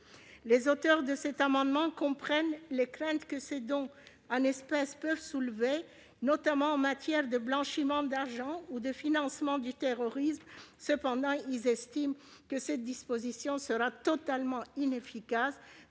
Les auteurs de cet amendement comprennent les craintes que ces dons en espèces peuvent susciter, notamment en matière de blanchiment d'argent ou de financement du terrorisme. Cependant, ils estiment que cette disposition sera totalement inefficace